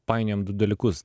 painiojam du dalykus